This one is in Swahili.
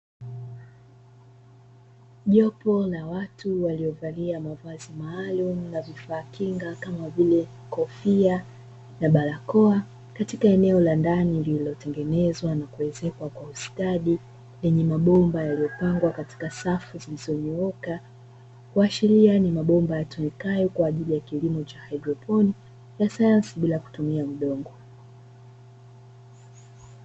Jopo la watu waliovalia mavazi maalum na vifaa kinga kama vile kofia na barakoa, katika eneo la ndani lililotengenezwa na kuezekwa kwa ustadi yenye mabomba yaliyopangwa katika mabomba yaliyonyooka kuashiria ni mabomba yatowekayo kwa ajili ya kilimo cha haidroponiki na sayansi bila kutumia udongo.